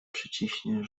przyciśnie